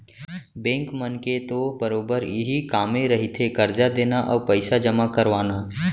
bank मन के तो बरोबर इहीं कामे रहिथे करजा देना अउ पइसा जमा करवाना